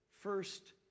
first